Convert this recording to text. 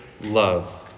love